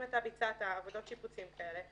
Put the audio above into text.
אם ביצעת עבודות שיפוצים כאלה,